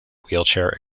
wheelchair